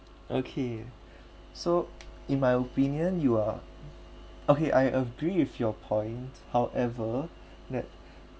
okay so in my opinion you are okay I agree with your point however that